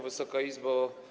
Wysoka Izbo!